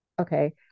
okay